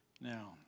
Now